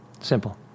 Simple